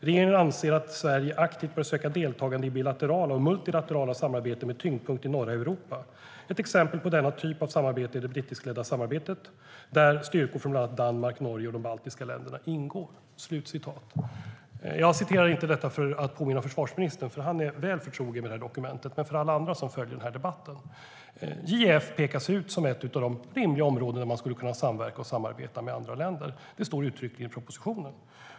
Regeringen anser att Sverige aktivt bör söka deltagande i bilaterala och multilaterala samarbeten med tyngdpunkt i norra Europa. Ett exempel på denna typ av samarbete är det brittiskledda samarbete . där styrkor från bl.a. Danmark, Norge och de baltiska länderna ingår." Jag citerar inte detta för att påminna försvarsministern, för han är väl förtrogen med dokumentet, utan för alla andra som följer den här debatten. JEF pekas ut som ett av de rimliga områdena där man skulle kunna samverka och samarbeta med andra länder. Det står uttryckligen i propositionen.